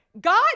God